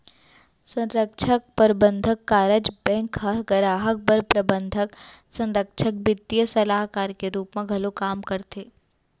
संरक्छक, परबंधक, कारज बेंक ह गराहक बर प्रबंधक, संरक्छक, बित्तीय सलाहकार के रूप म घलौ काम करथे